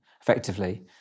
effectively